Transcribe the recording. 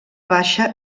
baixa